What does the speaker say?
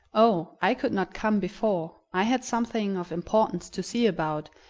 oh! i could not come before i had something of importance to see about,